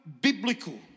biblical